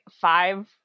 five